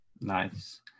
nice